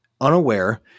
Unaware